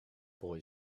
boy